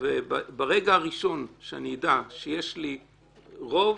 ברגע הראשון שאני אדע שיש לי רוב,